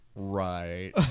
Right